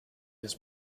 his